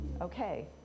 okay